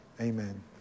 Amen